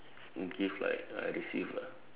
gift like I received lah